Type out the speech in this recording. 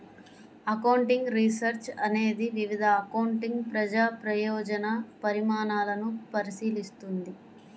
accounting research అనేది వివిధ accounting ప్రజా ప్రయోజన పరిణామాలను పరిశీలిస్తుంది